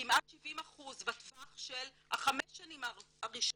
כמעט 70% בטווח של החמש שנים הראשונות,